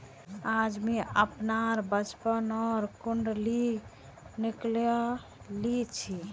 आज मुई अपनार बचपनोर कुण्डली निकली छी